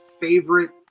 favorite